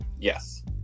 Yes